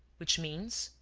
which means?